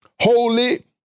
holy